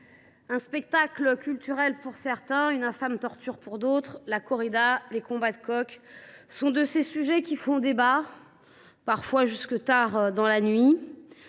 spectacle culturel pour certains, infâme torture pour d’autres, la corrida et les combats de coqs sont de ces sujets qui font débat, parfois jusque tard dans la nuit,